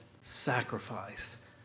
sacrifice